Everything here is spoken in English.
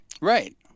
right